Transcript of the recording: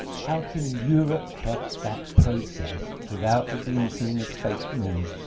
how can europe help that process without it being seen as fake news.